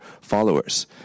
followers